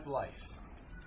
life